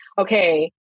okay